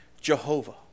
Jehovah